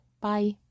Bye